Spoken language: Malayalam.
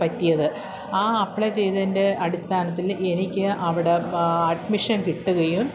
പറ്റിയത് ആ അപ്ലൈ ചെയ്തതിൻ്റെ അടിസ്ഥാനത്തിൽ എനിക്ക് അവിടെ അഡ്മിഷൻ കിട്ടുകയും